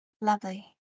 Lovely